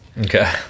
Okay